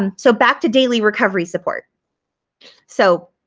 um so back to daily recovery support so